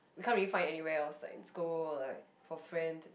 we can't really find anywhere else like in school like for friends